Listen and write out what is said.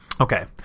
Okay